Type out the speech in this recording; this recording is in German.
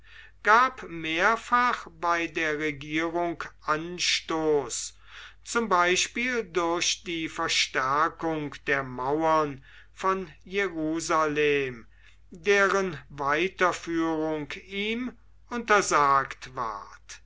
gab mehrfach bei der regierung anstoß zum beispiel durch die verstärkung der mauern von jerusalem deren weiterführung ihm untersagt ward